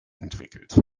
entwickelt